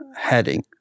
heading